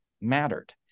mattered